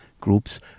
groups